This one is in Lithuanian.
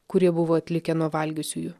kurie buvo atlikę nuo valgiusiųjų